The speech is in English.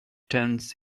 turns